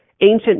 ancient